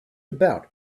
about